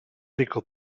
ricco